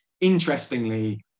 Interestingly